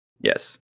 yes